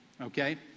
okay